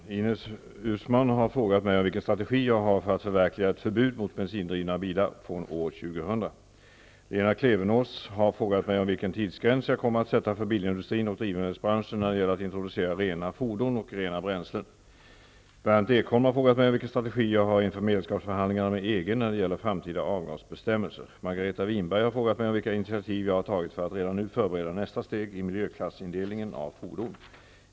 Herr talman! Ines Uusmann har frågat mig vilken strategi jag har för att förverkliga ett förbud mot bensindrivna bilar från år 2000. Lena Klevenås har frågat mig vilken tidsgräns jag kommer att sätta för bilindustrin och drivmedelsbranschen när det gäller att introducera rena fordon och rena bränslen. Berndt Ekholm har frågat mig vilken strategi jag har inför medlemskapsförhandlingarna med EG när det gäller framtida avgasbestämmelser. Margareta Winberg har frågat mig vilka initiativ jag har tagit för att redan nu förbereda nästa steg i miljöklassindelningen av fordon.